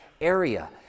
area